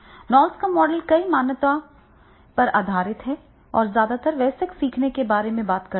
नॉल्स का मॉडल कई मान्यताओं पर आधारित है और ज्यादातर वयस्क सीखने के बारे में बात करता है